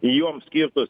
joms skirtus